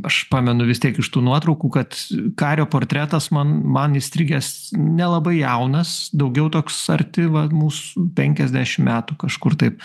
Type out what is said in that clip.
aš pamenu vis tiek iš tų nuotraukų kad kario portretas man man įstrigęs nelabai jaunas daugiau toks arti va mūs penkiasdešim metų kažkur tai